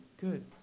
good